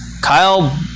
Kyle